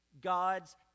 gods